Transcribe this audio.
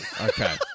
Okay